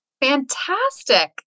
Fantastic